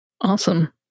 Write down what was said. Awesome